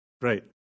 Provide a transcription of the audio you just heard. Right